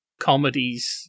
comedies